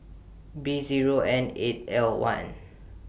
B Zero N eight L one